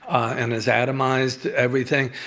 and has atomized everything.